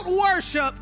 worship